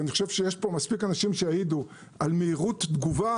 ואני חושב שיש פה מספיק אנשים שיעידו על מהירות תגובה.